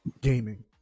gaming